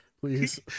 please